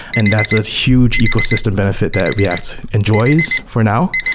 and that's a huge ecosystem benefit that react enjoys for now.